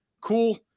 cool